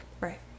Right